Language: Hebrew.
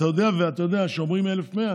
אתה יודע, כשאומרים 1,100,